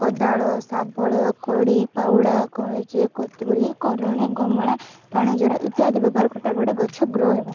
କୋଦାଳ ଶାବଳ କୋଡ଼ି ଫାଉଡ଼ା କଇଁଚି କତୁରୀ କରଣୀ ଗମଳା ପାଣିଝରା ଇତ୍ୟାଦି ବ୍ୟବହାର କରିଥାଏ ଗୋଟେ ଗଛ ଗ୍ରୋ ହେବାପାଇଁ